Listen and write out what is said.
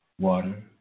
water